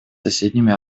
соседними